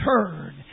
turn